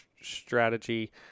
strategy